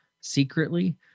secretly